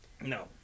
no